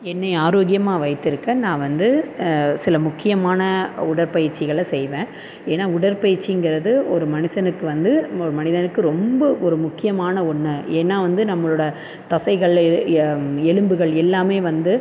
என்னை ஆரோக்கியமாக வைத்திருக்க நான் வந்து சில முக்கியமான உடற்பயிற்சிகளை செய்வேன் ஏனால் உடற்பயிற்சிங்கிறது ஒரு மனுஷனுக்கு வந்து ஒரு மனிதனுக்கு ரொம்ப ஒரு முக்கியமான ஒன்று ஏன்னால் வந்து நம்மளோடய தசைகளில் எலும்புகள் எல்லாமே வந்து